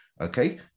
okay